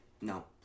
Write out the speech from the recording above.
no